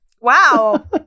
wow